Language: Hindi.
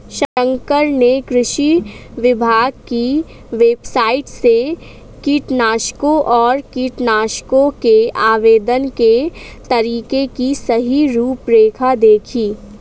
शंकर ने कृषि विभाग की वेबसाइट से कीटनाशकों और कीटनाशकों के आवेदन के तरीके की सही रूपरेखा देखी